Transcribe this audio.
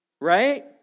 Right